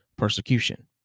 persecution